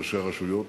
ראשי הרשויות.